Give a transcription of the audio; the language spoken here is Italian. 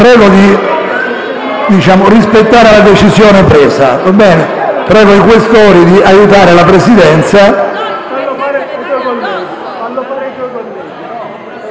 Prego di rispettare la decisione presa. Prego i senatori Questori di aiutare la Presidenza.